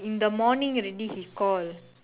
in the morning already he call